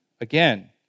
again